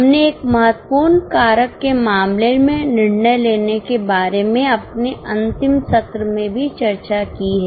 हमने एक महत्वपूर्ण कारक के मामले में निर्णय लेने के बारे में अपने अंतिम सत्र में भी चर्चा की है